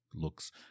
looks